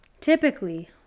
typically